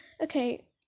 okay